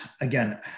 again